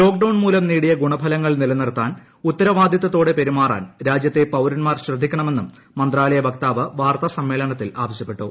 ലോക് down മൂലം നേടിയ ഗുണഫലങ്ങൾ നിലനിർത്താൻ ഉത്തരവാദിത്തത്തോടെ പെരുമാറാൻ രാജ്യത്തെ പൌരന്മാർ ശ്രദ്ധിക്കണമെന്നും മന്ത്രാലയ വക്താവ് വാർത്താ സമ്മേളനത്തിൽ ആവശ്യപ്പെട്ടു